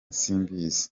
simbizi